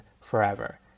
forever